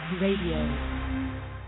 Radio